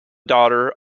daughter